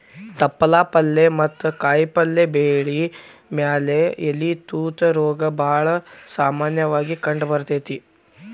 ತಪ್ಪಲ ಪಲ್ಲೆ ಮತ್ತ ಕಾಯಪಲ್ಲೆ ಬೆಳಿ ಮ್ಯಾಲೆ ಎಲಿ ತೂತ ರೋಗ ಬಾಳ ಸಾಮನ್ಯವಾಗಿ ಕಂಡಬರ್ತೇತಿ